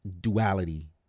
duality